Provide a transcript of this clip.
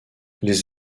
les